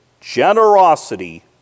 generosity